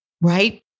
right